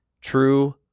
True